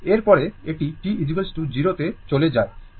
এর পরে এটি t 0 তে চলে যায় এটি A থেকে B তে চলে যায়